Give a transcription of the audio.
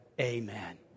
amen